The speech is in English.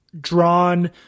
drawn